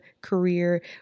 career